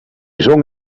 zong